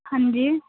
ਹਾਂਜੀ